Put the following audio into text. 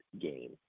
gain